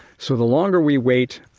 so the longer we wait,